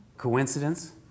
Coincidence